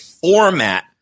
format